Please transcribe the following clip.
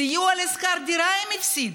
סיוע בשכר דירה הם הפסידו.